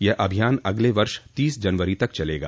यह अभियान अगले वर्ष तीस जनवरी तक चलेगा